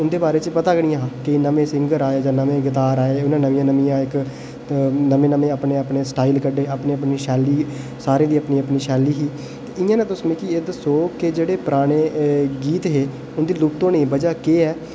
उं'दे बारे च पता गै निं हा की नमें सिंगर आये जां नमें गतार आये उ'नें न'म्मियां न'म्मियां इक नमें नमें अपने अपने स्टाइल कड्ढे अपनी अपनी शैली ही सारें दी अपनी अपनी शैली ही इ'यां गै तुस मिगी एह् दस्सो कि जेह्ड़े पुराने गीत हे उं'दे लुप्त होने दी बजह् केह् ऐ